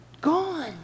gone